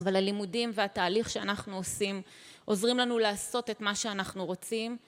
אבל הלימודים והתהליך שאנחנו עושים עוזרים לנו לעשות את מה שאנחנו רוצים